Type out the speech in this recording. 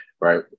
Right